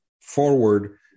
forward